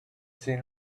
seen